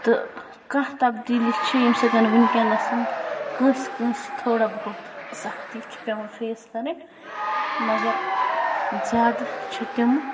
تہٕ کانٛہہ تبدیٖلی چھِ ییٚمہِ سۭتۍ وٕںۍکٮ۪نَس کٲنٛسہِ کٲنٛسہِ تھوڑا بہت سختی چھِ پٮ۪وان فیس کَرٕنۍ مگر زیادٕ چھِ تِمہٕ